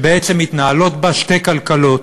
ובעצם מתנהלות בה שתי כלכלות: